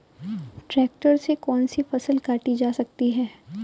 Tractor से कौन सी फसल काटी जा सकती हैं?